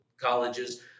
colleges